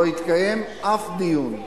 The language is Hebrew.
לא התקיים אף דיון.